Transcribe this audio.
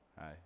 hi